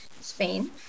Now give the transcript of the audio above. spain